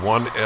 One